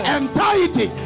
entirety